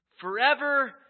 forever